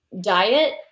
diet